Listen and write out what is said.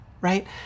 right